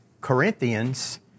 Corinthians